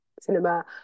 cinema